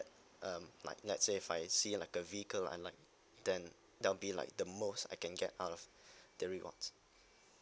um like let's say if I see like a vehicle I like then there will be like the most I can get out of the rewards